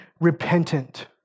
repentant